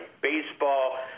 baseball